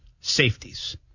safeties